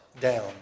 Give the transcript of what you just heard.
down